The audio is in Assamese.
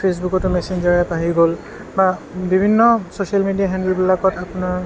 ফেচবুকতো মেছেঞ্জাৰ এপ আহি গ'ল বা বিভিন্ন চ'ছিয়েল মিডিয়া হেণ্ডেলবিলাকত আপোনাৰ